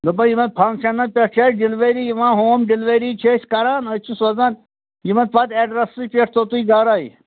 دۄپمے یِمَن فنٛگشَنَن پٮ۪ٹھ چھَ ڈِیلوری یِوان ہوم ڈِیلوری چھِ أسۍ کَران أسۍ چھِ سوزان یِمَن پَتہٕ ایٚڈرسٕے پٮ۪ٹھ توٚتُے گَرے